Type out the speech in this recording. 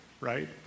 right